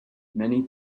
many